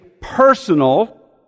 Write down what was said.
personal